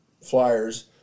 flyers